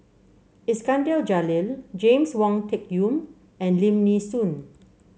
Iskandar Jalil James Wong Tuck Yim and Lim Nee Soon